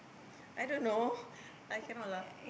I don't know I cannot lah